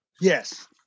Yes